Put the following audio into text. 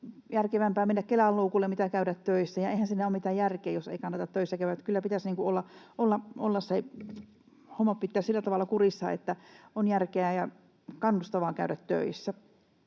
järkevämpää mennä Kelan luukulle kuin käydä töissä, ja eihän siinä ole mitään järkeä, jos ei kannata töissä käydä. Että kyllä pitäisi homma pitää sillä tavalla kurissa, että on järkeä ja kannustavaa käydä töissä.